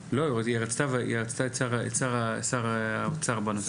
היא רצתה את שר האוצר בנושא הזה.